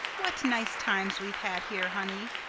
what nice times we've had here, honey!